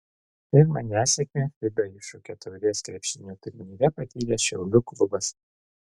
pirmą nesėkmę fiba iššūkio taurės krepšinio turnyre patyrė šiaulių klubas